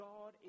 God